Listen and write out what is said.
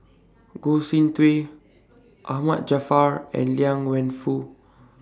Goh Soon Tioe Ahmad Jaafar and Liang Wenfu